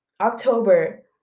October